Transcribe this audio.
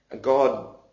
God